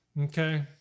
Okay